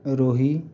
ରୋହି